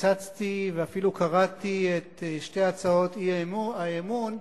הצצתי ואפילו קראתי את שתי הצעות האי-אמון,